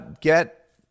get